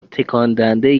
تکاندهندهای